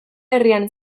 herrian